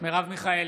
מרב מיכאלי,